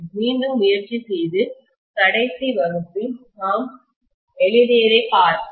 மீண்டும் முயற்சி செய்து கடைசி வகுப்பில் நாம் எழுதியதைப் பார்ப்போம்